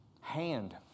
Hand